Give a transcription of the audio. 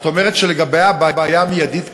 את אומרת שלגבי הבעיה המיידית כרגע,